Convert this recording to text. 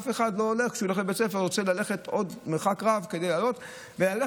אף אחד לא רוצה ללכת מרחק רב כדי לעלות ולצאת